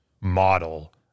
model